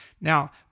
Now